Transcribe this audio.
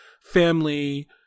family